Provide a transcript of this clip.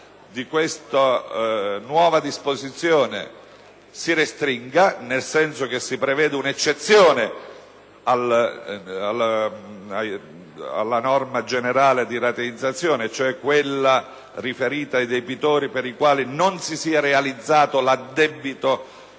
della nuova disposizione si restringa, in quanto si prevede un'eccezione alla norma generale di rateizzazione (cioè quella riferita ai debitori per i quali non si sia realizzato l'addebito